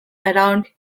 around